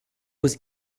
was